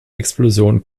explosion